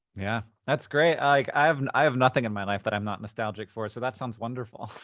yeah, that's great. like, i have and i have nothing in my life that i'm not nostalgic for, so that sounds wonderful.